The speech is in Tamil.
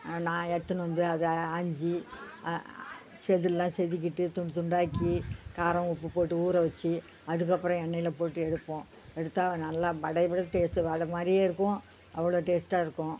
நான் எடுத்துன்னு வந்து அதை ஆய்ஞ்சி செதில்லாம் செதுக்கிவிட்டு துண்டு துண்டாக்கி காரம் உப்பு போட்டு ஊற வெச்சி அதுக்கப்புறம் எண்ணெயில் போட்டு எடுப்போம் எடுத்தால் நல்லா வடையை விட டேஸ்ட்டு வடை மாதிரியே இருக்கும் அவ்வளோ டேஸ்ட்டாக இருக்கும்